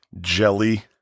jelly